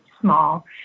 small